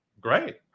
great